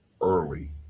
early